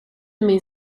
min